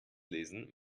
lesen